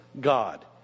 God